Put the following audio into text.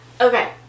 Okay